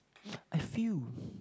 I feel